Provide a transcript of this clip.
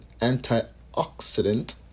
antioxidant